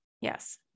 Yes